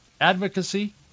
Advocacy